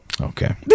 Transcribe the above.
Okay